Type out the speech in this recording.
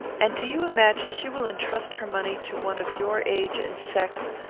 and do you imagine she will intrust her money to one of your age and sex,